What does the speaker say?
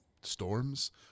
storms